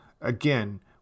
Again